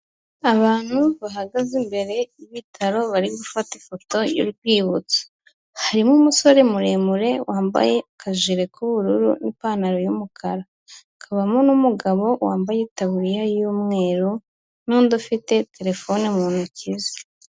Abantu bahagaze imbere y'ibitaro bari gufata ifoto y'urwibutso, harimo umusore muremure wambaye akajire k'ubururu n'ipantaro y'umukara, hakabamo n'umugabo wambaye taburiya y'umweru n'undi ufite terefone mu ntoki ze.